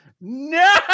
No